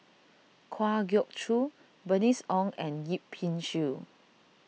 Kwa Geok Choo Bernice Ong and Yip Pin Xiu